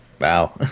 wow